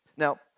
Now